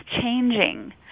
changing